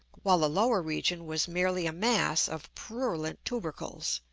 while the lower region was merely a mass of purulent tubercles,